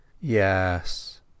Yes